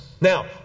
now